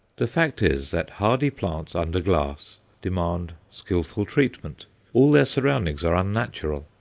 the fact is, that hardy plants under glass demand skilful treatment all their surroundings are unnatural,